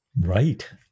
Right